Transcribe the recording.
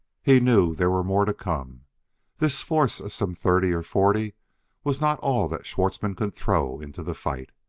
he knew there were more to come this force of some thirty or forty was not all that schwartzmann could throw into the fight.